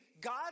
God